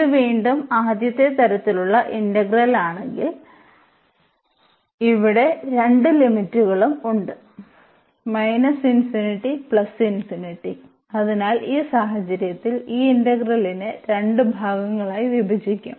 ഇത് വീണ്ടും ആദ്യത്തെ തരത്തിലുള്ള ഇന്റഗ്രൽ ആണെങ്കിൽ ഇവിടെ രണ്ട് ലിമിറ്റ്കളും ഉണ്ട് ∞∞ അതിനാൽ ഈ സാഹചര്യത്തിൽ ഈ ഇന്റഗ്രലിനെ രണ്ട് ഭാഗങ്ങളായി വിഭജിക്കും